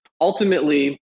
ultimately